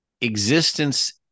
existence